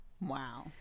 Wow